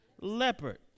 leopard